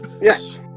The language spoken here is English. Yes